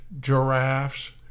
giraffes